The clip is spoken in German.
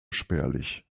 spärlich